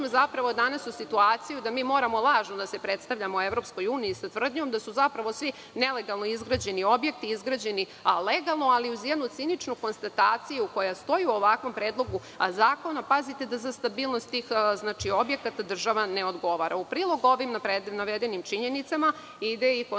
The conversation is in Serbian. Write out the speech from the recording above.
zapravo danas u situaciju da mi moramo lažno da se predstavljamo EU sa tvrdnjom da su zapravo svi nelegalno izgrađeni objekti izgrađeni legalno, ali uz jednu činičnu konstataciju koja stoji u ovakvom predlogu zakona – da za stabilnost tih objekata država ne odgovara.U prilog ovim navedenim činjenicama ide i konstatacija